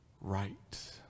right